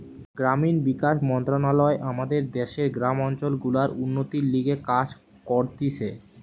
গ্রামীণ বিকাশ মন্ত্রণালয় আমাদের দ্যাশের গ্রামীণ অঞ্চল গুলার উন্নতির লিগে কাজ করতিছে